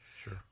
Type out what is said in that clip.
Sure